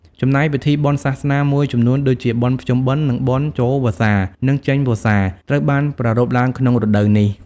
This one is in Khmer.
ចំណែកពិធីបុណ្យសាសនាមួយចំនួន ដូចជា បុណ្យភ្ជុំបិណ្ឌ និង បុណ្យចូលវស្សា និង ចេញវស្សា ត្រូវបានប្រារព្ធឡើងក្នុងរដូវនេះ។